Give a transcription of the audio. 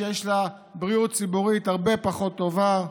שיש בה בריאות ציבורית הרבה פחות טובה,